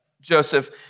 Joseph